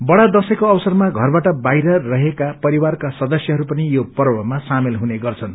बड़ा दशैं को अवसरमा घरवाट बाहिर रहेका परिवारका सदस्यहरू पनि यो पर्वमा शामेल हुने गर्छन्